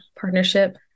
partnership